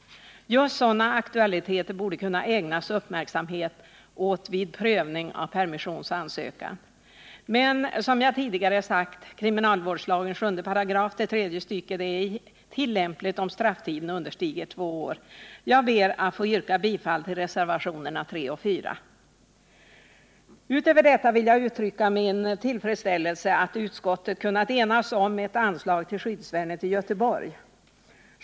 Just sådana aktualiteter borde kunna ägnas uppmärksamhet vid prövning av permissionsansökan. Men, som jag tidigare sagt, kriminalvårdslagens 7 § tredje stycket är inte tillämplig om strafftiden understiger två år. Jag ber att få yrka bifall till reservationerna 3 och 4. Utöver detta vill jag uttrycka min tillfredsställelse över att utskottet har kunnat enas om ett anslag till Skyddsvärnet i Göteborg.